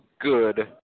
good